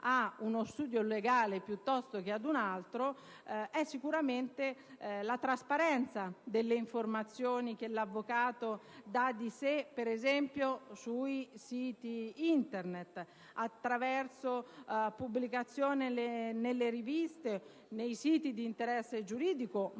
ad uno studio legale piuttosto che a un altro è sicuramente la trasparenza delle informazioni che l'avvocato dà di sé, per esempio sui siti Internet, attraverso pubblicazioni nelle riviste e nei siti di interesse giuridico